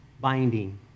binding